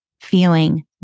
feeling